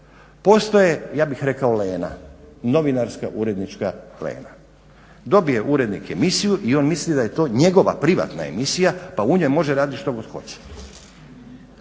Postoje ja bih rekao lena, novinarska urednička lena. Dobije urednik emisiju i on misli da je to njegova privatna emisija pa u njoj može raditi što god hoće.